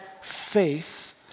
faith